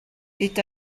est